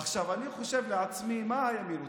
עכשיו, אני חושב לעצמי, מה הימין רוצה?